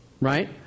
right